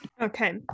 Okay